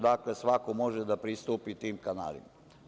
Dakle, svako može da pristupi tim kanalima.